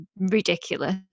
ridiculous